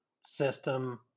system